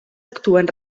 actuen